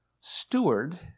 steward